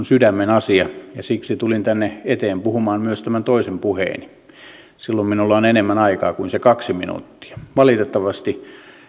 sydämenasioita ja siksi tulin tänne eteen puhumaan myös tämän toisen puheeni sillä silloin minulla on enemmän aikaa kuin se kaksi minuuttia valitettavasti